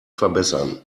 verbessern